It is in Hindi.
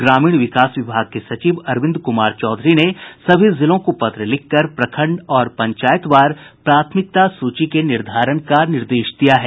ग्रामीण विकास विभाग के सचिव अरविंद कुमार चौधरी ने सभी जिलों को पत्र लिखकर प्रखंड और पंचायतवार प्राथमिकता सूची के निर्धारण का निर्देश दिया है